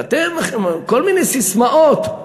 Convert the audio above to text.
ואתם, כל מיני ססמאות.